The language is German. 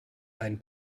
einen